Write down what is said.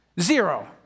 Zero